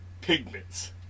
pigments